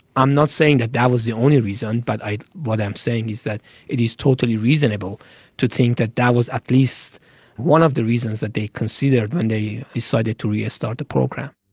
i'm not saying that that was the only reason, but what i'm saying is that it is totally reasonable to think that that was at least one of the reasons that they considered when they decided to restart the program.